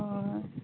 हय